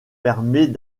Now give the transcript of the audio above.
permet